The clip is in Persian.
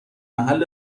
محل